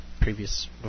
Previous